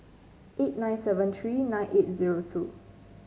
eight nine seven three nine eight zero two